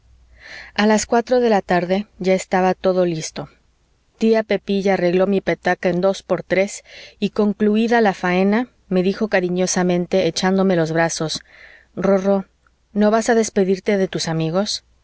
a las cuatro de la tarde ya todo estaba listo tía pepilla arregló mi petaca en dos por tres y concluída la faena me dijo cariñosamente echándome los brazos rorró no vas a despedirte de tus amigos